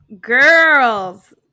Girls